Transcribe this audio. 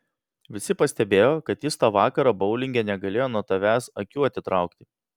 visi pastebėjo kad jis tą vakarą boulinge negalėjo nuo tavęs akių atitraukti